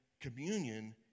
communion